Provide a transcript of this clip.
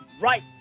right